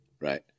right